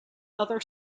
other